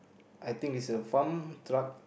I think its a farm truck